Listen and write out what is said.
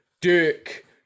Dick